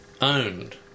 owned